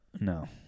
No